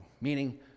meaning